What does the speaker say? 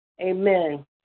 amen